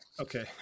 okay